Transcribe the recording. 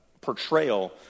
portrayal